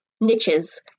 niches